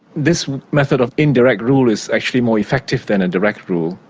this method of indirect rule is actually more effective than a direct rule,